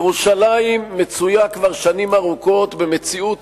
ירושלים מצויה כבר שנים ארוכות במציאות